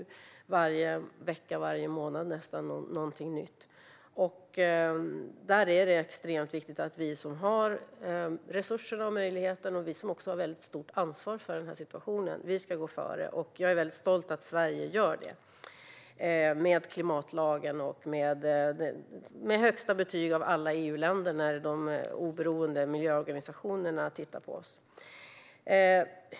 Nästan varje vecka och varje månad är det något nytt. Det är extremt viktigt att vi som har resurser och möjligheten och som har ett väldigt stort ansvar för situationen ska gå före. Jag är stolt över att Sverige gör det i och med klimatlagen och efter att ha fått högsta betyg av alla EU-länder när oberoende miljöorganisationer tittar på oss.